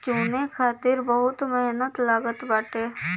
चुने खातिर बहुते मेहनत लागत बाटे